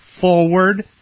forward